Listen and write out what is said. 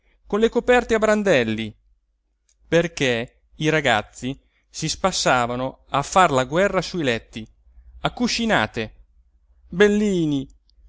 con le coperte a brandelli perché i ragazzi si spassavano a far la guerra sui letti a cuscinate bellini